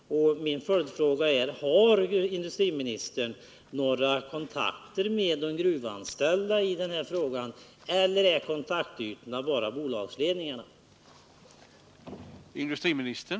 Min följdfråga är: Har industriministern några kontakter med de gruvanställda i denna fråga, eller är kontaktytan bara bolagsledningen?